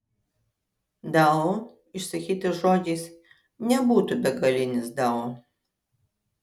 dao išsakytas žodžiais nebūtų begalinis dao